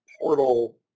portal